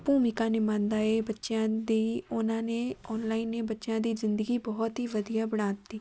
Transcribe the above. ਭੂਮਿਕਾ ਨਿਭਾਉਂਦਾ ਏ ਬੱਚਿਆਂ ਦੀ ਉਹਨਾਂ ਨੇ ਔਨਲਾਈਨ ਨੇ ਬੱਚਿਆਂ ਦੀ ਜ਼ਿੰਦਗੀ ਬਹੁਤ ਹੀ ਵਧੀਆ ਬਣਾ ਤੀ